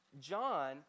John